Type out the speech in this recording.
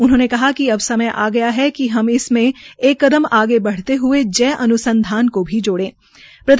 उन्होंने कहा कि अब समय आ गया है कि अब इसमें एक कदम आगे बढ़ते हये जय अन्संधान भी जोड़ा जाए